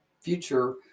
future